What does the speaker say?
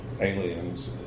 aliens